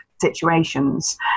situations